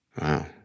Wow